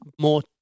more